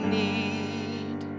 need